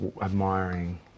admiring